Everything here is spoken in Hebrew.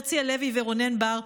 הרצי הלוי ורונן בר,